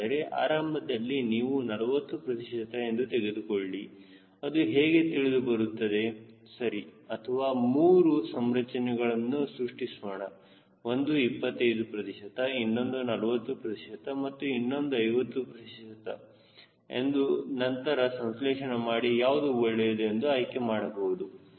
ಹಾಗಾದರೆ ಆರಂಭದಲ್ಲಿ ನೀವು 40 ಪ್ರತಿಶತ ಎಂದು ತೆಗೆದುಕೊಳ್ಳಿ ಅದು ಹೇಗೆ ತಿಳಿದುಬರುತ್ತದೆ ಸರಿ ಅಥವಾ ಮೂರು ಸಂರಚನೆಗಳನ್ನು ಸೃಷ್ಟಿಸೋಣ ಒಂದು 25 ಪ್ರತಿಶತ ಇನ್ನೊಂದ್ 40 ಪ್ರತಿಶತ ಮತ್ತು ಇನ್ನೊಂದು 50 ಪ್ರತಿಶತ ಎಂದು ನಂತರ ಸಂಸ್ಲೇಷಣೆ ಮಾಡಿ ಯಾವುದು ಒಳ್ಳೆಯದು ಎಂದು ಆಯ್ಕೆ ಮಾಡಬಹುದು